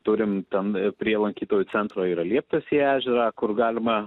turim ten prie lankytojų centro yra lieptas į ežerą kur galima